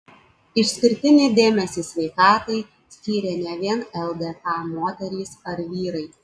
išskirtinį dėmesį sveikatai skyrė ne vien ldk moterys ar vyrai